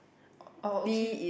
oh okay